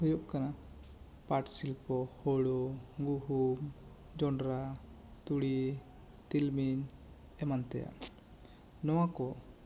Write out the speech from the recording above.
ᱦᱩᱭᱩᱜ ᱠᱟᱱᱟ ᱯᱟᱴᱥᱤᱞᱯᱚ ᱦᱳᱲᱳ ᱜᱩᱦᱩᱢ ᱡᱚᱱᱰᱨᱟ ᱛᱩᱲᱤ ᱛᱤᱞᱢᱤᱧ ᱮᱢᱟᱱ ᱛᱮᱭᱟᱜ ᱱᱚᱣᱟ ᱠᱚ